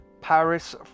paris